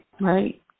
right